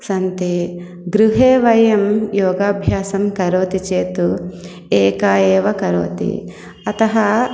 सन्ति गृहे वयं योगाभ्यासं करोति चेत् एका एव करोति अतः